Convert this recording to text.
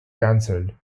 cancelled